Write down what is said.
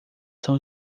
são